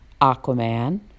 Aquaman